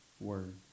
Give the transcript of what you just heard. Word